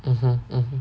mmhmm mmhmm